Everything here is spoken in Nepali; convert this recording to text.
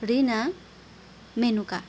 रिना मेनुका